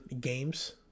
games